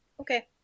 Okay